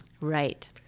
Right